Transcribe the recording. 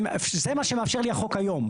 זה מה שמאפשר לי החוק היום.